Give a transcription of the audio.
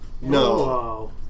No